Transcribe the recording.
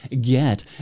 Get